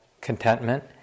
contentment